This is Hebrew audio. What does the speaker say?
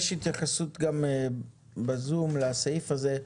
יש התייחסות ב-זום לסעיף הזה.